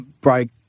break